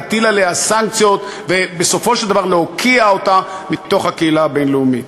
להטיל עליה סנקציות ובסופו של דבר להוקיע אותה בתוך הקהילה הבין-לאומית.